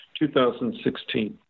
2016